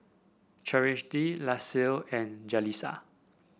Cherish Laci and Jaleesa